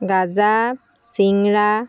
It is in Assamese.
গাজা চিংৰা